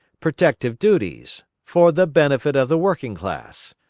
protective duties for the benefit of the working class.